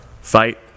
fight